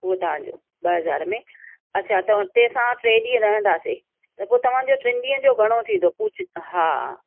हूअ तव्हांजो ॿ हज़ार में अच्छा त हुते असां टे ॾींहं रहंदासीं त पोइ तव्हांजो टीनि ॾींहुंनि जो घणो थींदो भुज हा